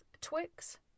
Twix